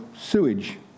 sewage